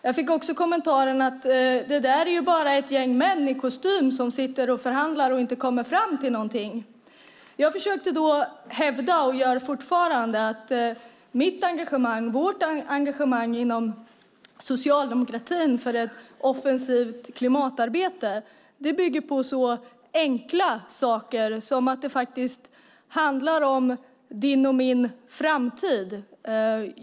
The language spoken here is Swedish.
Jag fick också kommentaren att det där är ju bara ett gäng män i kostym som sitter och förhandlar och inte kommer fram till någonting. Jag försökte då hävda, och gör så fortfarande, att mitt och vårt engagemang inom socialdemokratin för ett offensivt klimatarbete bygger på så enkla saker som att det faktiskt handlar om din och min framtid.